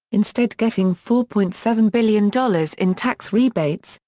instead getting four point seven billion dollars in tax rebates,